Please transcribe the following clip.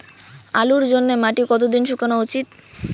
আলুর জন্যে মাটি কতো দিন শুকনো উচিৎ?